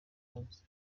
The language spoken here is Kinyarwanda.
munsi